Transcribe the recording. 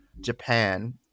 Japan